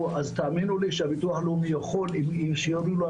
תאמינו לי שהביטוח הלאומי יכול לתת את